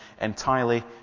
entirely